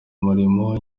umurimo